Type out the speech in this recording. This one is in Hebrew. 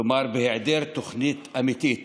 כלומר, בהיעדר תוכנית אמיתית